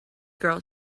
girl